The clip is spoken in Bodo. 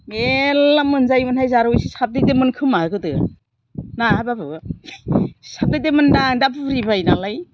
मेरला मोनजायोमोन हाय जारौ एसे साबदे देमोन खोमा गोदो ना बाबु साबदे देमोनदां दा बुरिबाय नालाय